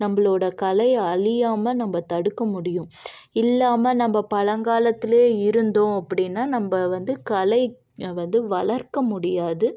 நம்பளோடய கலைய அழியாம நம்ப தடுக்க முடியும் இல்லாமல் நம்ப பழங்காலத்துலையே இருந்தோம் அப்படின்னா நம்ப வந்து கலையை வந்து வளர்க்க முடியாது